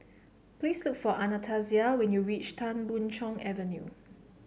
please look for Anastasia when you reach Tan Boon Chong Avenue